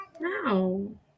No